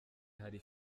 hari